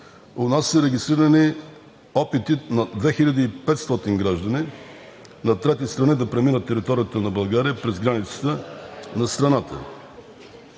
у нас са регистрирани опити на над 2500 граждани на трети страни да преминат територията на България през границата на страната